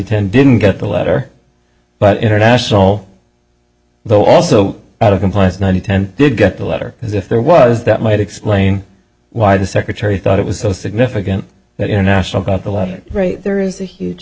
ten didn't get the letter but international though also out of compliance ninety tend to get the letter as if there was that might explain why the secretary thought it was so significant that international got the law right there is a huge